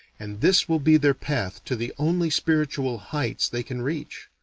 and this will be their path to the only spiritual heights they can reach.